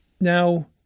Now –